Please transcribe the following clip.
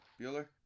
Bueller